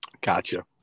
Gotcha